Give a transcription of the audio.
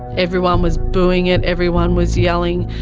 everyone was booing it. everyone was yelling.